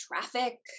traffic